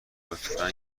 لطفا